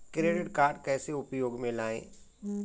Credit card कैसे उपयोग में लाएँ?